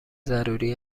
ضروری